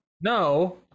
No